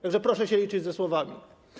Tak że proszę się liczyć ze słowami.